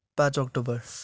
पाँच अक्टोबर